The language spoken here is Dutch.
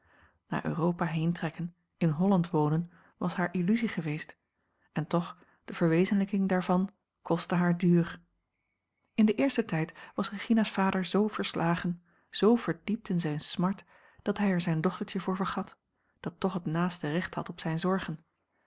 een omweg wonen was hare illusie geweest en toch de verwezenlijking daarvan kostte haar duur in den eersten tijd was regina's vader zoo verslagen zoo verdiept in zijn smart dat hij er zijn dochtertje voor vergat dat toch het naaste recht had op zijne zorgen